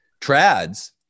trads